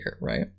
right